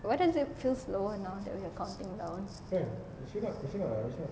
why does it feel slower now that we have counting down